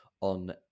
On